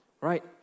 right